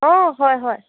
অঁ হয় হয়